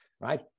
right